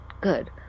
good